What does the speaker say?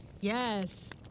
Yes